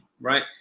right